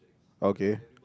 okay